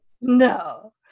No